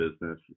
business